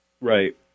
right